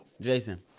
Jason